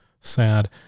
sad